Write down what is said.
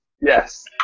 Yes